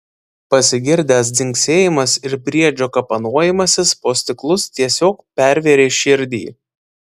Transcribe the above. pasigirdęs dzingsėjimas ir briedžio kapanojimasis po stiklus tiesiog pervėrė širdį